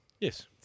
Yes